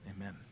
Amen